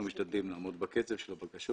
אנחנו משתדלים לעמוד בקצב של הבקשות.